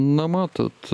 na matot